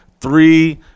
three